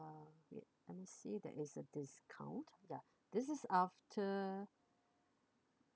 wait let me see there is a discount ya this is after